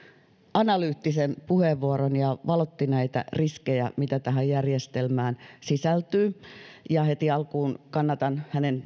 analyyttisen puheenvuoron ja valotti näitä riskejä joita tähän järjestelmään sisältyy ja heti alkuun kannatan hänen